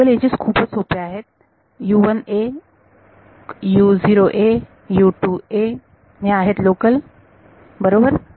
तर लोकल एजेस खूपच सोप्या आहेत या आहेत लोकल बरोबर